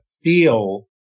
feel